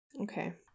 Okay